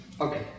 Okay